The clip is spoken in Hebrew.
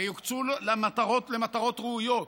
ויוקצו למטרות ראויות.